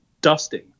dusting